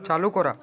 চালু করা